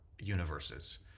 universes